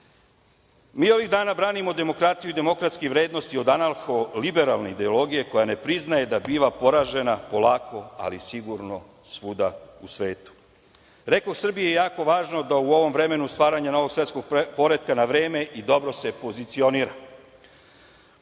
Mi ovih dana branimo demokratiju i demokratske vrednosti od anarholiberalne ideologije koja ne priznaje da biva poražena polako, ali sigurno svuda u svetu. Srbiji je jako važno da u ovom vremenu stvaranja novog svetskog poretka na vreme i dobro se pozicionira. Vreme